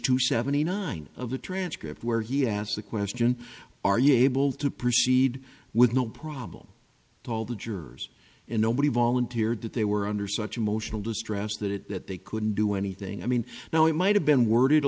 two seventy nine of the transcript where he asked the question are you able to proceed with no problem told the jurors and nobody volunteered that they were under such emotional distress that it that they couldn't do anything i mean now it might have been worded a